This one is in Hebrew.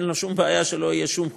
אין לו שום בעיה שלא יהיה שום חוק,